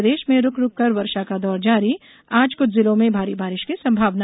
प्रदेश में रूक रूक कर वर्षा का दौर जारी आज क्छ जिलों में भारी बारिश की संभावना